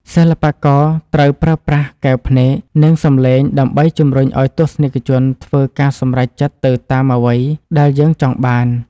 សិល្បករត្រូវប្រើប្រាស់កែវភ្នែក និង សម្លេងដើម្បីជម្រុញឱ្យទស្សនិកជនធ្វើការសម្រេចចិត្តទៅតាមអ្វីដែលយើងចង់បាន។